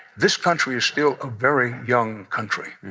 this country is still a very young country.